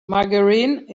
margarine